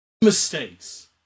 Mistakes